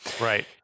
Right